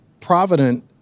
Provident